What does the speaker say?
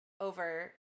over